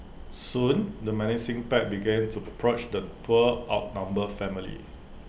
soon the menacing pack began to the poor outnumbered family